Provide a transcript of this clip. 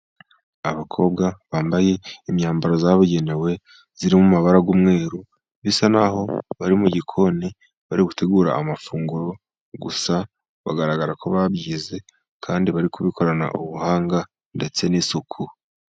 Abakobwa bambaye imyambaro yabugenewe iri mu mabara y'umweru, bisa naho bari mu gikoni bari gutegura amafunguro. Gusa bagaragara ko babyize, kandi bari kubikorana ubuhanga ndetse n'isuku.